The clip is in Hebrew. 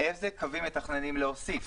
איזה קווים מתכננים להוסיף,